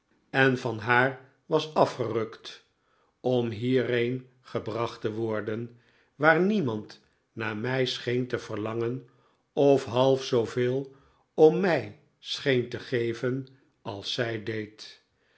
en van haar was afgerukt om hierheen gebracht te worden waar niemand naar mij scheen te verlangen of half zooveel om mij scheen te geven als zij deed